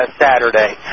Saturday